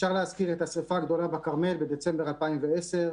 אפשר להזכיר את השרפה הגדולה בכרמל בדצמבר 2010,